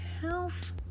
health